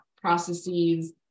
processes